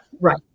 right